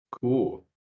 Cool